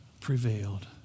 prevailed